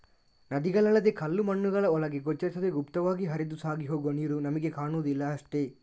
ನದಿಗಳಲ್ಲದೇ ಕಲ್ಲು ಮಣ್ಣುಗಳ ಒಳಗೆ ಗೋಚರಿಸದೇ ಗುಪ್ತವಾಗಿ ಹರಿದು ಸಾಗಿ ಹೋಗುವ ನೀರು ನಮಿಗೆ ಕಾಣುದಿಲ್ಲ ಅಷ್ಟೇ